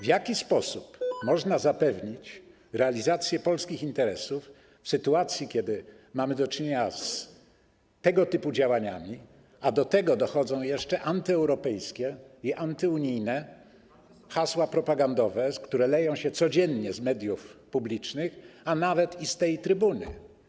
W jaki sposób można zapewnić realizację polskich interesów w sytuacji, kiedy mamy do czynienia z tego typu działaniami, a do tego dochodzą jeszcze antyeuropejskie i antyunijne hasła propagandowe, które leją się codziennie z mediów publicznych, a nawet i z tej trybuny?